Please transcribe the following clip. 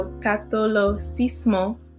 catolicismo